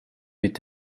mit